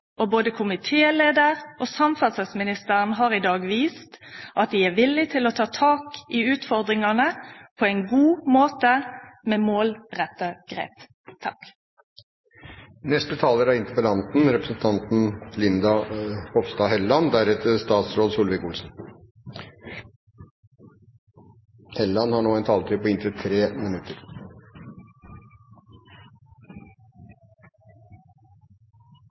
Både komitéleiaren og samferdsleministeren har i dag vist at dei er villige til å ta tak i utfordringane på ein god måte, med målretta grep. Jeg har lyst å takke for en veldig god debatt. Jeg synes det har